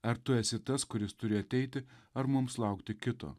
ar tu esi tas kuris turi ateiti ar mums laukti kito